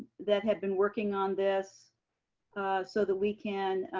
that had been working on this so that we can,